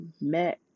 met